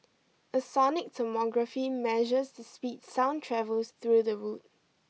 a sonic tomography measures speed sound travels through the wood